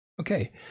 okay